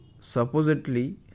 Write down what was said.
supposedly